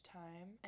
time